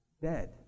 Dead